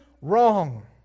wrong